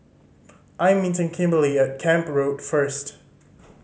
I am meeting Kimberly at Camp Road first